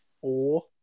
four